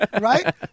right